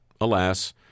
alas